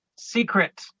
secret